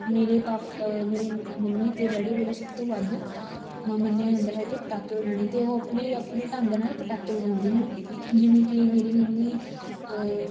ਮੇਰੇ ਪਾਪਾ ਮੇਰੇ ਮੰਮੀ ਅਤੇ ਡੈਡੀ ਵੱਲੋਂ ਸਭ ਤੋਂ ਵੱਧ ਮ ਮੰਨਿਆ ਜਾਂਦਾ ਹੈ ਕਿ ਪਟਾਕੇ ਵਜਾਉਣੇ ਅਤੇ ਉਹ ਆਪਣੇ ਆਪਣੇ ਢੰਗ ਨਾਲ ਪਟਾਕੇ ਵਜਾਉਂਦੇ ਹਨ ਜਿਵੇਂ ਕਿ ਮੇਰੀ ਮੰਮੀ